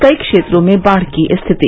कई क्षेत्रों में बाढ़ की स्थिति